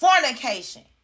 fornication